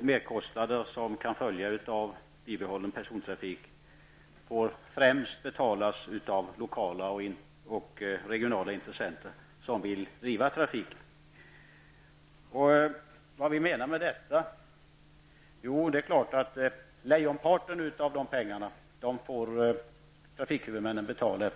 merkostnader som kan följa av bibehållen persontrafik får främst betalas av lokala och regionala intressenter som vill driva trafiken. Vad vi menar med detta är naturligtvis, eftersom det står ''främst'', att lejonparten av de pengarna får trafikhuvudmännen betala.